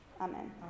Amen